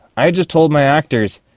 i just told my actors,